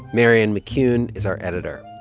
marianne mccune is our editor.